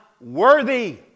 worthy